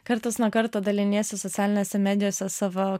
kartas nuo karto daliniesi socialinėse medijose savo